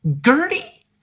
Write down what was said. Gertie